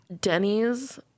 Denny's